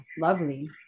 Lovely